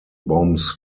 bombs